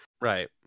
Right